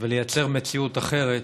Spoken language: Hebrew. ולייצר מציאות אחרת